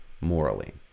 morally